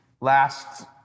Last